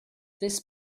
this